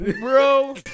Bro